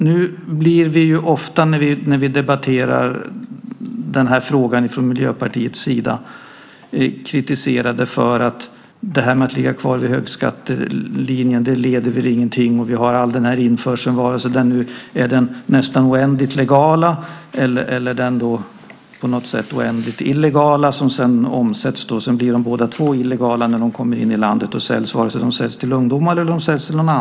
När vi från Miljöpartiets sida debatterar den här frågan blir vi ofta kritiserade för att vilja hålla fast vid högskattelinjen. Det sägs att det väl inte leder till någonting, att vi har all den införsel vi har, antingen den är nästan oändligt legal eller oändligt illegal. När den sedan omsätts och kommer in i landet och säljs blir den illegal, antingen man säljer till ungdomar eller till vuxna.